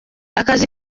akazi